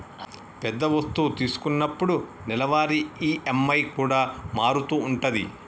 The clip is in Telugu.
పెద్ద వస్తువు తీసుకున్నప్పుడు నెలవారీ ఈ.ఎం.ఐ కూడా మారుతూ ఉంటది